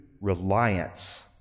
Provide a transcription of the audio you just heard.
reliance